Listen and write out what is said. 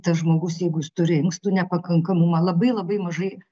tas žmogus jeigu jis turi inkstų nepakankamumą labai labai mažai